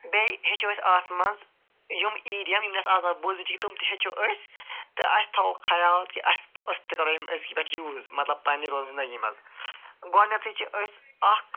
بیٚیہِ ہیٚچھو أسۍ اتھ مَنٛز یِم ایٖڈیَم یِم نہٕ اَسہِ آز تام بوٗزمٕتۍ چھِ نہٕ کِہیٖنۍ تِم تہِ ہیٚچھو أسۍ تہٕ اَسہِ تھاوو خیال کہ اسہ أسۍ تہِ کرو یِم أزکہِ پیٚٹھٕ یوٗز مَطلَب پَننہِ زندگی مَنٛز گۄڈنیٚتھے چھِ أسۍ اکھ